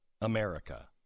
america